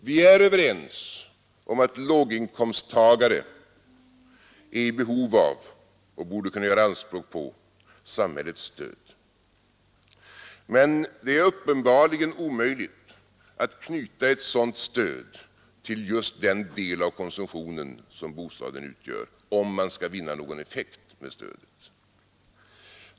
Vi är överens om att låginkomsttagare är i behov av och borde kunna göra anspråk på samhällets stöd. Men det är uppenbarligen omöjligt att knyta ett sådant stöd till just den del av konsumtionen som bostaden utgör, om man skall vinna någon effekt med stödet.